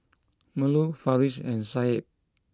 Melur Farish and Said